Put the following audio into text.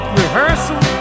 rehearsal